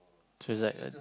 so it's like a